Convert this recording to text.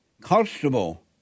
Constable